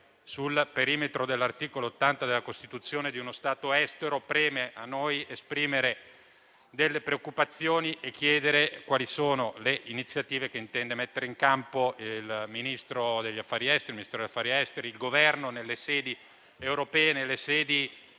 sul perimetro di un articolo della Costituzione di uno Stato estero, preme a noi esprimere delle preoccupazioni e chiedere quali sono le iniziative che intendano mettere in campo il Ministero degli affari esteri e il Governo nelle sedi europee e nelle sedi